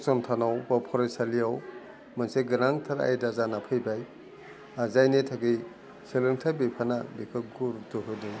फसंथानाव बा फरायसालियाव मोनसे गोनांथार आयदा जाना फैबाय जायनि थाखै सोलोंथाइ बिफाना बेखौ गुरत्त होदों